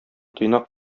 тыйнак